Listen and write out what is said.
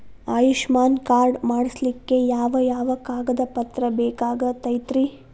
Ayushman card ಮಾಡ್ಸ್ಲಿಕ್ಕೆ ಯಾವ ಯಾವ ಕಾಗದ ಪತ್ರ ಬೇಕಾಗತೈತ್ರಿ?